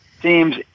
teams